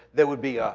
there would be ah